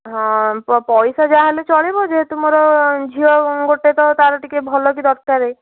ହଁ ପ ପଇସା ଯାହାହେଲେ ଚଳିବ ଯେହେତୁ ମୋର ଝିଅ ଗୋଟେ ତ ତା'ର ଟିକେ ଭଲକି ଦରକାର